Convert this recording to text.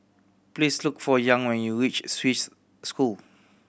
please look for Young when you reach Swiss School